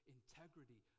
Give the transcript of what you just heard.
integrity